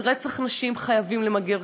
אז רצח נשים חייבים למגר.